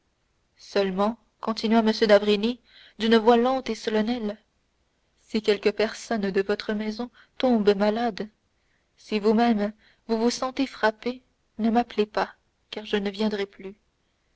seulement continua m d'avrigny d'une voix lente et solennelle si quelque personne de votre maison tombe malade si vous-même vous vous sentez frappé ne m'appelez pas car je ne viendrai plus